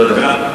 לא ידוע לי.